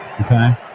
Okay